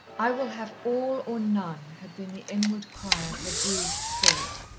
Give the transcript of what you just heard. i will have all or none had been the inward cry of her bruised spirit.